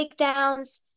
takedowns